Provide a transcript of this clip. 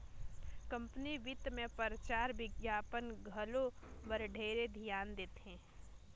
company बित मे परचार बिग्यापन घलो बर ढेरे धियान देथे